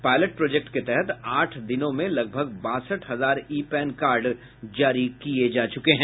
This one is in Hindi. पायलट प्रोजेक्ट के तहत आठ दिनों में लगभग बासठ हजार ई पैन कार्ड जारी किये जा चुके हैं